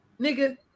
nigga